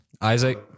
Isaac